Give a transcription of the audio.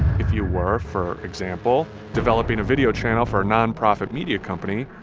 if you were, for example, developing a video channel for a nonprofit media company,